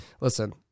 listen